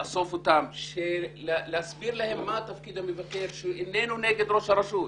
לאסוף אותם ולהסביר להם מה תפקיד המבקר וכי הוא איננו נגד ראש הרשות,